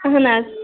اہن حظ